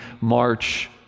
march